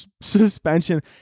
suspension